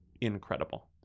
incredible